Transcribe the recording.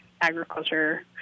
agriculture